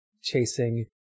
chasing